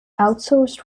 outsourced